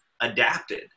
adapted